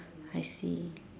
I see